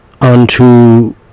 unto